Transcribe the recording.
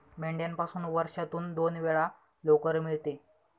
मेंढ्यापासून वर्षातून दोन वेळा लोकर मिळते